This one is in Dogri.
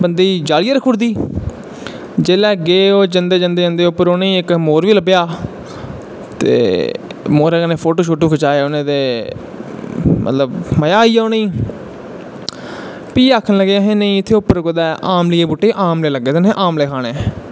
बंदे गी जालियै रक्खी ओड़दी जिसलै गे जंदे जंदे उप्पर इक मोर बी लब्भेआ ते मोरै कन्नै फोटो शोटो खचाए उनैं ते मतलव मजा आई गेआ उनेंगी फ्ही आक्खन लगे उप्पर अहैं आमलिये दे बूह्टे आमले लग्गे दे न अहैं आमले खाने